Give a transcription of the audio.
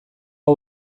hau